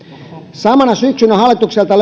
samana syksynä hallitukselta